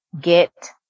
get